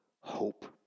hope